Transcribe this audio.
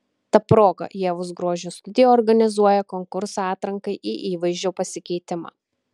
ta proga ievos grožio studija organizuoja konkursą atrankai į įvaizdžio pasikeitimą